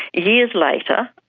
years later,